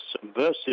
subversive